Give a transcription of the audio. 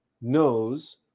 knows